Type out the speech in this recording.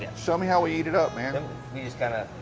show me how we eat it, man. um we just add